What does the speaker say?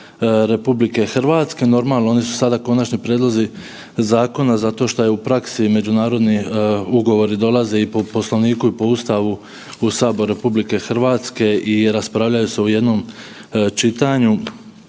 sustava RH. Normalno oni su sada konačni prijedlozi zakona zato što je u praksi međunarodni ugovori dolaze i po Poslovniku i po Ustavu u sabor u RH i raspravljaju se u jednom čitanju